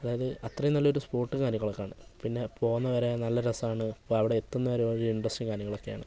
അതായത് അത്രയും നല്ലൊരു സ്പോട്ട് കാര്യങ്ങളൊക്കെ ആണ് പിന്നെ പോകുന്നതുവരെ നല്ല രസമാണ് അപ്പോൾ അവിടെ എത്തുന്നതുവരെ വളരെ ഇൻട്രസ്റ്റും കാര്യങ്ങളൊക്കെ ആണ്